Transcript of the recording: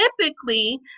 typically